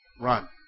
Run